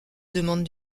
demande